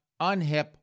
unhip